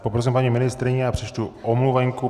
Poprosím paní ministryni a přečtu omluvenku.